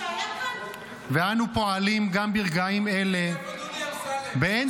ואנו פועלים גם ברגעים אלה באין-ספור